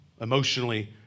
emotionally